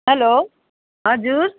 hello हजुर